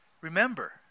remember